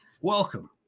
Welcome